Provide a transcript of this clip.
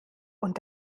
und